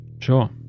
Sure